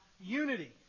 unity